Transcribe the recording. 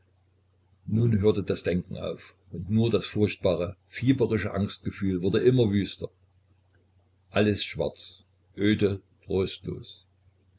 nun hörte das denken auf und nur das furchtbare fieberische angstgefühl wurde immer wüster alles schwarz öde